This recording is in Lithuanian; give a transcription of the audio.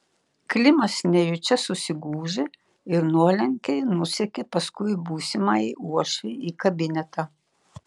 klimas nejučia susigūžė ir nuolankiai nusekė paskui būsimąjį uošvį į kabinetą